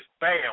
bam